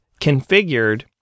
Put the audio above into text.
configured